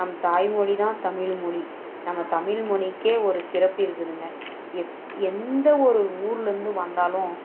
நம் தாய்மொழி தான் தமிழ்மொழி நம்ம தமிழ்மொழிக்கே ஒரு சிறப்பு இருக்குதுங்க எட் எந்தவொரு ஊர்லேருந்து வந்தாலும்